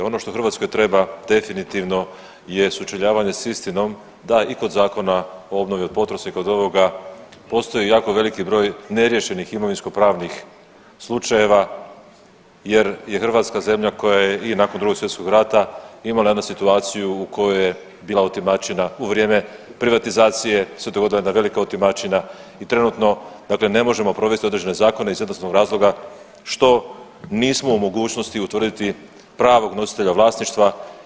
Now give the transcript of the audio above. Ono što Hrvatskoj treba definitivno je sučeljavanje sa istinom da i kod Zakona o obnovi od potresa i kod ovoga postoji jako veliki broj neriješenih imovinsko-pravnih slučajeva jer je hrvatska zemlja koja je i nakon Drugog svjetskog rata imala jednu situaciju u kojoj je bila otimačina u vrijeme privatizacije se dogodila jedna velika otimačina i trenutno, dakle ne možemo provesti određene zakone iz jednog jednostavnog razloga što nismo u mogućnosti utvrditi pravog nositelja vlasništva.